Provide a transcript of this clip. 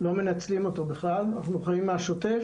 לא מנצלים אותו בכלל, אנחנו לוקחים מהשוטף.